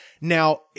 Now